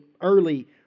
early